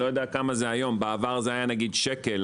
בעבר זה היה שקל.